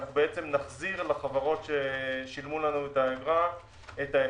אנחנו בעצם נחזיר לחברות ששילמו לנו אגרה את ההפרשים,